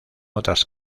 otras